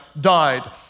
died